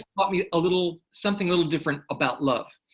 taught me a little something little different about love.